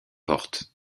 portes